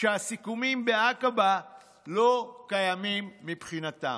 שהסיכומים בעקבה לא קיימים מבחינתם,